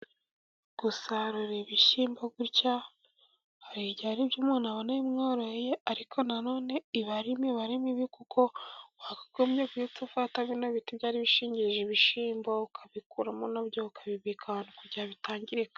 Gusarura ibishyimbo gutya, har'igihe ar'ibyo umuntu abona bimworoheye, ariko nanone ibara imibare mibi, kuko wakagombye guhita ufata bino biti byari bishingirije ibishyimbo, ukabikuramo nabyo ukabibika ahantu kugira bitangirika.